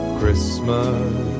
Christmas